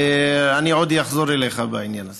אני עוד אחזור אליך בעניין הזה.